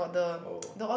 oh